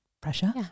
pressure